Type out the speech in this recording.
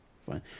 fine